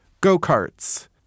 go-karts